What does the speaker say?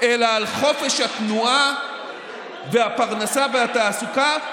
אלא על חופש התנועה והפרנסה והתעסוקה,